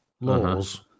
Laws